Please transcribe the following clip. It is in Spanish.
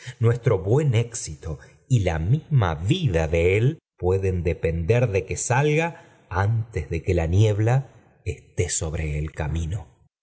nuestro buen éxito y la misma vida de él pueden depender de que salga untes de que la niebla esté sobre el camino